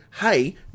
hey